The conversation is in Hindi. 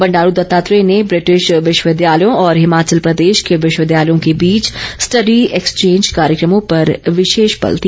बंडारू दत्तात्रेय ने ब्रिटिश विश्वविद्यालयों और हिमाचल प्रदेश के विश्वविद्यालयों के बीच स्टड़ी एक्सचेंज कार्यक्रमों पर विशेष बल दिया